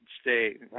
State